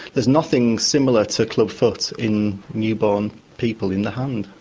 there's nothing similar to clubfoot in newborn people in the hand.